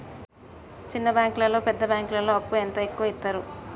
చిన్న బ్యాంకులలో పెద్ద బ్యాంకులో అప్పు ఎంత ఎక్కువ యిత్తరు?